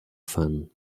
fun